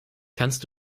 kannst